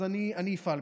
אני אפעל.